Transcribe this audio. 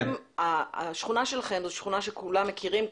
השכונה שלכם היא שכונה שכולם מכירים,